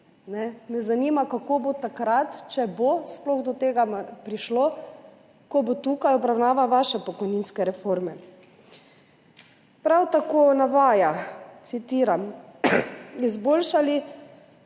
Me zanima, kako bo takrat, če bo sploh prišlo do tega, ko bo tukaj obravnava vaše pokojninske reforme. Prav tako navaja, citiram: »Izboljšani